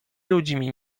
ludźmi